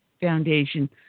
foundation